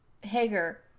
Hager